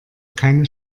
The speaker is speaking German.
keine